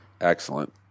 Excellent